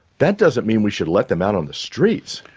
that doesn't mean we should let them out on the streets.